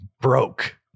broke